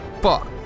Fuck